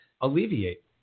alleviate